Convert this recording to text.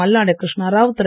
Malladi Krishnarao Thiru